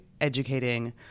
educating